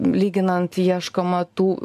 lyginant ieškoma tų